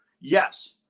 yes